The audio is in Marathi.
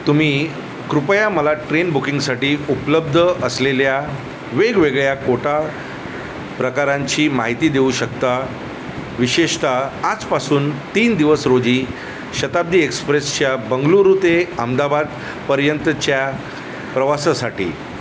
तुम्ही कृपया मला ट्रेन बुकिंगसाठी उपलब्ध असलेल्या वेगवेगळ्या कोटा प्रकारांची माहिती देऊ शकता विशेषत आजपासून तीन दिवस रोजी शताब्दी एक्सप्रेसच्या बंगळुरू ते अमदाबादपर्यंतच्या प्रवासासाठी